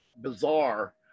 bizarre